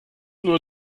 nur